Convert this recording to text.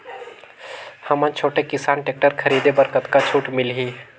हमन छोटे किसान टेक्टर खरीदे बर कतका छूट मिलही?